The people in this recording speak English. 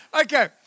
Okay